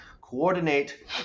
coordinate